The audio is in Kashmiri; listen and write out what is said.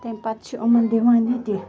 تَمۍ پَتہٕ چھِ یِمَن دِوان یِتہِ